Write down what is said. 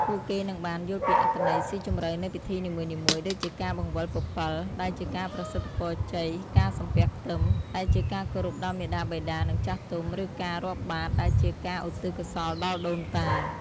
ពួកគេនឹងបាន យល់ពីអត្ថន័យស៊ីជម្រៅនៃពិធីនីមួយៗ ដូចជាការ បង្វិលពពិល ដែលជាការប្រសិទ្ធពរជ័យ ការ សំពះផ្ទឹម ដែលជាការគោរពដល់មាតាបិតា និងចាស់ទុំ ឬការ រាប់បាត្រ ដែលជាការឧទ្ទិសកុសលដល់ដូនតា។